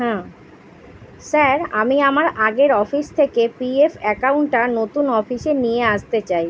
হুম sir আমি আমার আগের অফিস থেকে পিএফ অ্যাকাউন্টটা নতুন অফিসে নিয়ে আসতে চাই